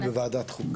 קוראים לי בוועדת חוקה.